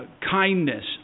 kindness